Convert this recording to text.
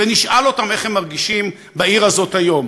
ונשאל אותם איך הם מרגישים בעיר הזאת היום.